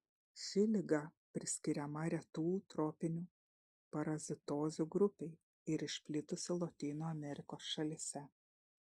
ši liga priskiriama retų tropinių parazitozių grupei ir išplitusi lotynų amerikos šalyse